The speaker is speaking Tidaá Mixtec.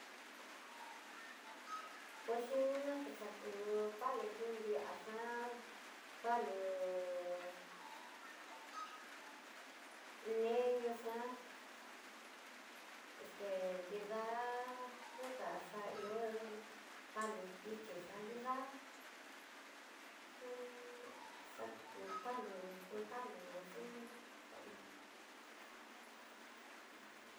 Kuexhi niná xakú palo no nriaxa palo niño xá este nrida fruta xa ihó palo tiche xanrida xú xakú palo frutale ñá xhinina xa ihó.